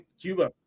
cuba